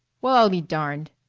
well, i'll be darned,